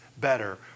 better